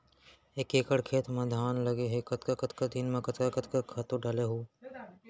एक एकड़ खेत म धान लगे हे कतका कतका दिन म कतका कतका खातू डालहुँ?